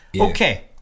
Okay